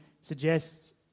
suggests